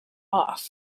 off